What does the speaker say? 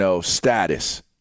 status